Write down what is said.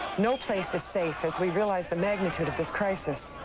no place is safe as we realize the magnitude of this crisis.